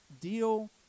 deal